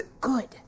good